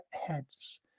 heads